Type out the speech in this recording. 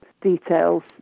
details